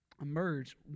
emerge